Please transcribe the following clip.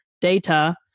data